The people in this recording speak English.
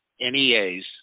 NEAs